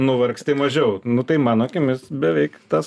nuvargsti mažiau nu tai mano akimis beveik tas